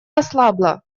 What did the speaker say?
ослабла